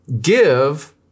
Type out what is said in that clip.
give